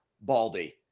Baldy